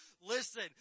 Listen